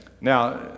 Now